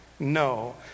No